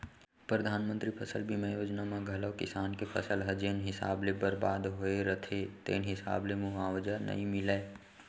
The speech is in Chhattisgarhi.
परधानमंतरी फसल बीमा योजना म घलौ किसान के फसल ह जेन हिसाब ले बरबाद होय रथे तेन हिसाब ले मुवावजा नइ मिलय